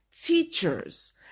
teachers